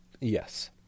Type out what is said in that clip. Yes